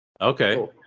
Okay